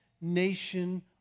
nation